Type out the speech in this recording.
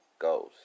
goes